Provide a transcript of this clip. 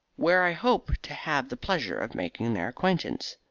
where i hope to have the pleasure of making their acquaintance.